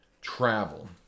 travel